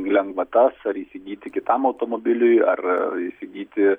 lengvatas ar įsigyti kitam automobiliui ar įsigyti